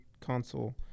console